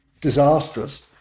disastrous